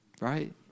Right